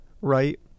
right